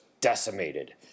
decimated